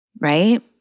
right